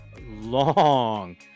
long